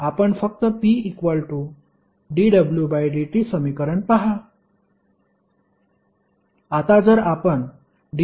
आपण फक्त p≜dwdt समीकरण पहा